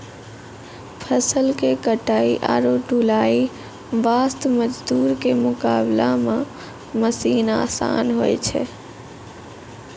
फसल के कटाई आरो ढुलाई वास्त मजदूर के मुकाबला मॅ मशीन आसान होय छै